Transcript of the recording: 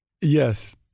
Yes